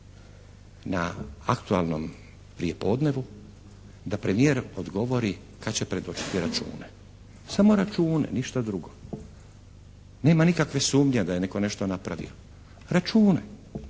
na aktualnom prijepodnevu da premijer odgovori kad će predočiti račune. Samo račune, ništa drugo. Nema nikakve sumnje da je netko nešto napravio. Račune.